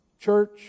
Church